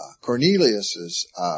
Cornelius's